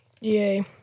Yay